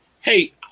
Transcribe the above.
hey